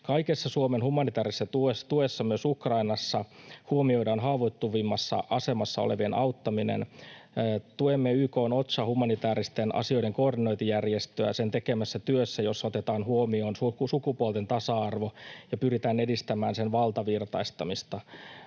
Kaikessa Suomen humanitäärisessä tuessa myös Ukrainassa huomioidaan haavoittuvimmassa asemassa olevien auttaminen. Tuemme YK:n OCHAa, humanitääristen asioiden koordinointijärjestöä, sen tekemässä työssä, jossa otetaan huomioon sukupuolten tasa-arvo ja pyritään edistämään sen valtavirtaistamista.